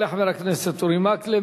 תודה לחבר הכנסת אורי מקלב.